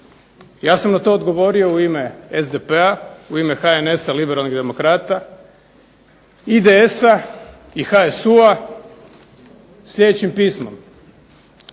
Ja sam na to odgovorio u ime SDP-a, u ime HNS-a, Liberalnih demokrata, IDS-a i HSU-a sljedećim pismom